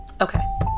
Okay